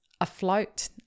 afloat